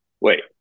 wait